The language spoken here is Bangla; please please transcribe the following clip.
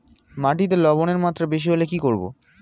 মাটিতে লবণের মাত্রা বেশি হলে কি করব?